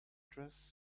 dress